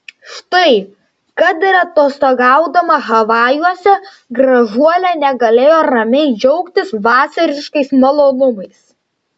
štai kad ir atostogaudama havajuose gražuolė negalėjo ramiai džiaugtis vasariškais malonumais